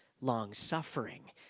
long-suffering